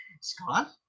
Scott